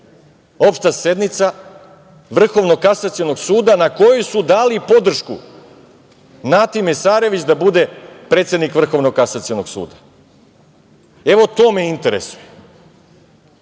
opšta sednica Vrhovnog kasacionog suda na kojoj su dali podršku Nati Mesarović da bude predsednik Vrhovnog kasacionog suda? To me interesuje.